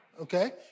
okay